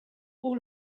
all